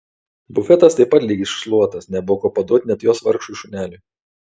bufetas taip pat lyg iššluotas nebuvo ko paduoti net jos vargšui šuneliui